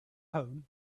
home